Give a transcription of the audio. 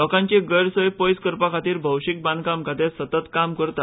लोकांची गैरसोय पयस करपा खातीर भौशीक बांदकाम खातें सेगीत काम करता